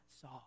saw